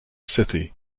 city